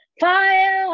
fire